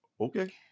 okay